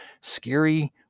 scary